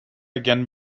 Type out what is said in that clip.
again